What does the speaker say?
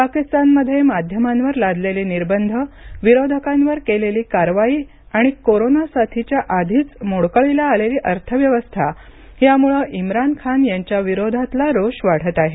पाकिस्तानमध्ये माध्यमांवर लादलेले निर्बंध विरोधकांवर केलेली कारवाई टीका आणि कोरोना साथीच्या आधीच मोडकळीला आलेली अर्थव्यवस्था यामुळे इम्रान खान यांच्या विरोधात रोष वाढत आहे